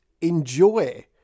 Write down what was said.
enjoy